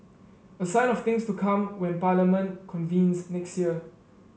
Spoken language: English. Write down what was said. a sign of things to come when Parliament convenes next year